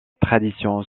tradition